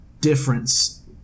difference